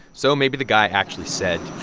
so maybe the guy actually said.